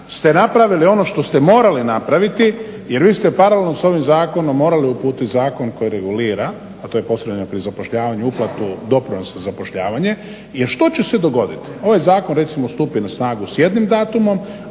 ste napravili ono što ste morali napraviti jer vi ste paralelno s ovim zakonom morali uputiti zakon koji regulira, a to je posredovanje pri zapošljavanju, uplatu doprinosa za zapošljavanje jer što će se dogodit? Ovaj zakon recimo stupi na snagu s jednim datumom